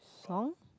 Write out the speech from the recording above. song